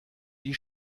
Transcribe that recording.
die